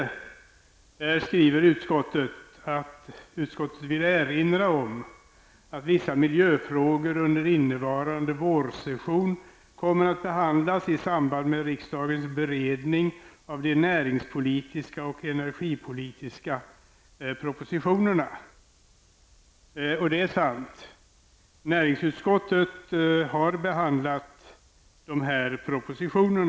Där skriver utskottet: ''Utskottet vill erinra om att vissa miljöfrågor under innevarande vårsession kommer att behandlas i samband med riksdagens beredning av de näringspolitiska och energipolitiska propositionerna.'' Detta är sant. Näringsutskottet har behandlat dessa propositioner.